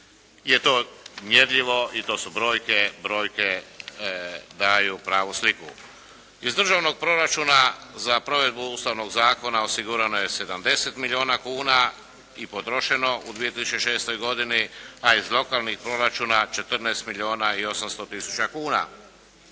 je to mjerljivo i to su brojke. Brojke daju pravu sliku. Iz državnog proračuna za provedbu Ustavnog zakona osigurano je 70 milijuna kuna i potrošeno u 2006. godini. A iz lokalnih proračuna 14 milijuna i 800 tisuća kuna.